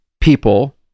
people